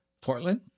Portland